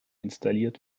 installiert